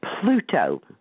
Pluto